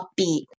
upbeat